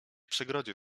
przegrodzie